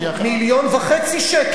1.5 מיליון שקל.